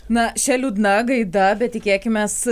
na šia liūdna gaida bet tikėkimės